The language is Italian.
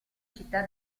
città